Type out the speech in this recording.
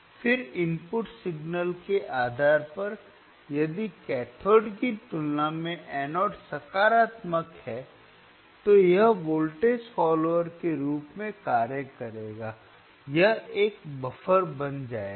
फिर input signal के आधार पर यदि कैथोड की तुलना में एनोड सकारात्मक है तो यह वोल्टेज फॉलोवर के रूप में कार्य करेगा या यह एक बफर बन जाएगा